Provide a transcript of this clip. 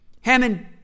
Hammond